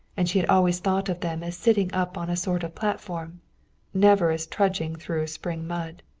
and she had always thought of them as sitting up on a sort of platform never as trudging through spring mud.